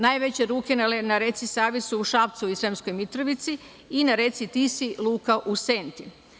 Najveće luke na reci Savi su u Šapcu i Sremskoj Mitrovici i na reci Tisi luka u Senti.